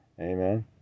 Amen